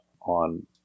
on